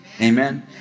Amen